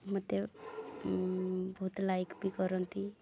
ମୋତେ ବହୁତ ଲାଇକ୍ ବି କରନ୍ତି